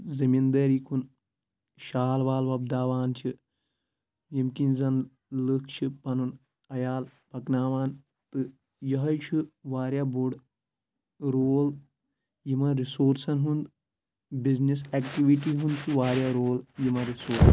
زٔمیٖن دٲری کُن شال وال وۄبداوان چھِ ییٚمہِ کِنۍ زَن لُکھ چھِ پَنُن عیال پکناوان تہٕ یِہے چھُ واریاہ بوٚڑ رول یِمن رِسورسَن ہُنٛد بِزنٮ۪س ایٚکٹِوِٹی ہُنٛد چھُ واریاہ رول یِمَن رِسورس